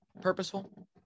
purposeful